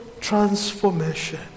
transformation